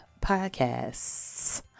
podcasts